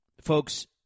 folks